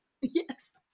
Yes